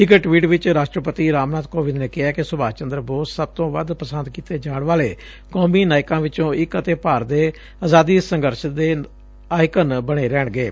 ਇਕ ਟਵੀਟ ਚ ਰਾਸ਼ਟਰਪਤੀ ਰਾਮ ਨਾਬ ਕੋਵਿੰਦ ਨੇ ਕਿਹੈ ਕਿ ਸੁਭਾਸ਼ ਚੰਦਰ ਬੋਸ ਸਭ ਤੋ ਵੱਧ ਪਸੰਦ ਕੀਤੇ ਜਾਣ ਵਾਲੇ ਕੌਮੀ ਨਾਇਕਾਂ ਵਿਚੋਂ ਇਕ ਅਤੇ ਭਾਰਤ ਦੇ ਆਜ਼ਾਦੀ ਸੰਘਰਸ਼ ਦੇ ਆਇਕਨ ਬਣੇ ਰਹਿਣਗੇ